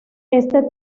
este